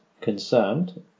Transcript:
concerned